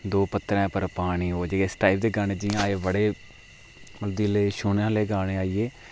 दो पत्तरें उप्पर पानी जियां इस टाइप दे गाने जियां आए बडे़ दिले गी छूने आहले गाने आई गे